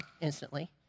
instantly